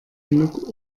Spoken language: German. genug